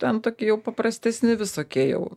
ten tokie jau paprastesni visokie jau